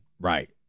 Right